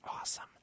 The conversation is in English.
awesome